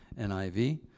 NIV